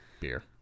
beer